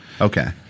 okay